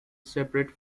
separate